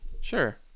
sure